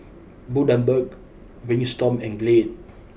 Bundaberg Wingstop and Glade